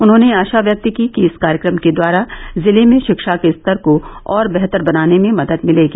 उन्होंने आशा व्यक्त की कि इस कार्यक्रम के द्वारा जिले में शिक्षा के स्तर को और बेहतर बनाने में मदद मिलेगी